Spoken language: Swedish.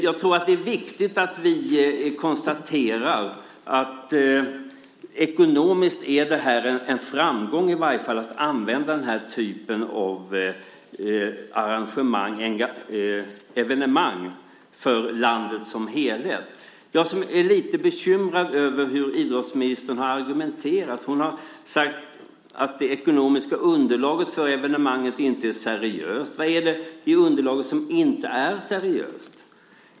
Jag tror att det är viktigt att vi konstaterar att det ekonomiskt är en framgång för landet som helhet med denna typ av evenemang. Jag är lite bekymrad över hur idrottsministern har argumenterat. Hon har sagt att det ekonomiska underlaget för evenemanget inte är seriöst. Vad är det i underlaget som inte är seriöst?